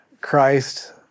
Christ